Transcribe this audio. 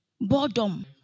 Boredom